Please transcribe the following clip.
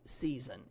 season